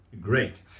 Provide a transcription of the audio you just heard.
Great